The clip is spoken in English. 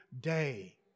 day